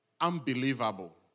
unbelievable